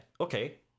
okay